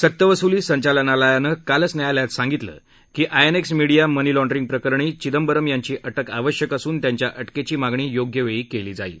सक्तवसुली संचालनालयानं कालच न्यायालयात सांगितलं की मिडीया मनी लाँड्रींगप्रकरणी प्रकरणी चिदंबरम् यांची अटक आवश्यक असून त्यांच्या अटकेची मागणी योग्यवेळी केली जाईल